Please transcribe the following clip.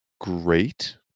great